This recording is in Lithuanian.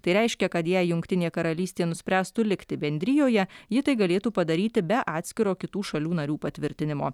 tai reiškia kad jei jungtinė karalystė nuspręstų likti bendrijoje ji tai galėtų padaryti be atskiro kitų šalių narių patvirtinimo